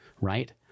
Right